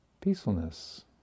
Peacefulness